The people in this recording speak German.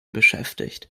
beschäftigt